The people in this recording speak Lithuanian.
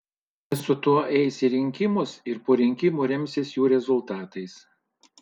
jie su tuo eis į rinkimus ir po rinkimų remsis jų rezultatais